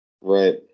Right